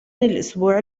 الأسبوع